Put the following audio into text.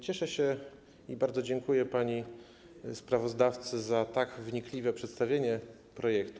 Cieszę się i bardzo dziękuję pani sprawozdawcy za tak wnikliwe przedstawienie projektu.